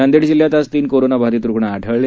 नांदेड जिल्ह्यात आज तीन कोरोनाबाधित रूग्ण आढळन आले